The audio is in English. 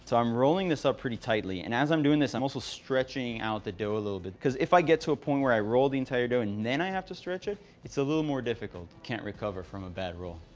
so i'm rolling this up pretty tightly, and as i'm doing this, i'm also stretching out the dough a little bit, because if i get to a point where i roll the entire dough and then i have to stretch it, it's a little more difficult. can't recover from a bad roll.